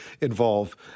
involve